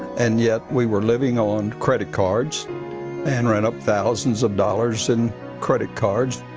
and yet we were living on credit cards and ran up thousands of dollars in credit cards.